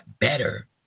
better